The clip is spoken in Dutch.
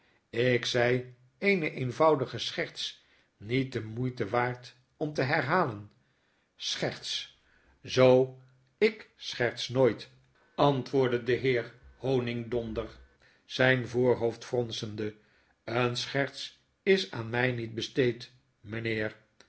lk zei eene eenvoudige scherts niet de moeite waard om te herhalen scherts zoo ik scherts nooit antwoordde de heer honigdonder zyn voorhoofd fronsende een scherts is aan mij niet besteed mynheer